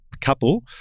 couple